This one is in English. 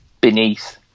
beneath